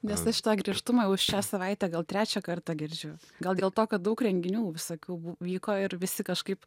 nes aš šitą griežtumą jau šią savaitę gal trečią kartą girdžiu gal dėl to kad daug renginių visokių bu vyko ir visi kažkaip